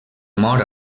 mor